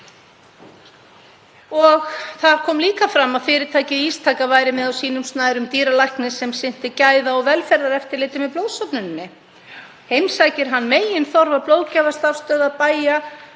Það kom líka fram að fyrirtækið Ísteka væri með á sínum snærum dýralækni sem sinnti gæða- og velferðareftirliti með blóðsöfnuninni. Heimsækir hann meginþorra blóðgjafarstarfsstöðva og